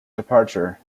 departure